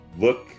look